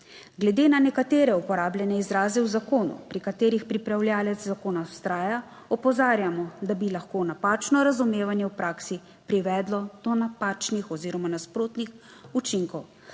Glede na nekatere uporabljene izraze v zakonu, pri katerih pripravljavec zakona vztraja, opozarjamo, da bi lahko napačno razumevanje v praksi privedlo do napačnih oziroma nasprotnih učinkov.